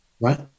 Right